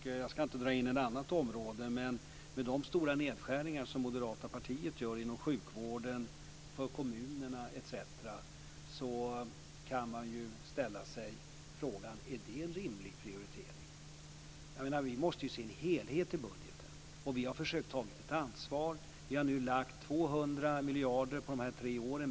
Jag ska inte dra in ett annat område, men med de stora nedskärningar som det moderata partiet gör inom sjukvården, för kommunerna etc. kan man ju ställa sig frågan: Är det en rimlig prioritering? Vi måste ju se en helhet i budgeten, och vi har försökt att ta ansvar. Vi har nu lagt 200 miljarder på de här tre åren.